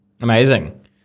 Amazing